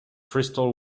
crystal